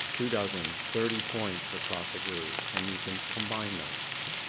two dozen, thirty points across a groove, and you can combine those. okay.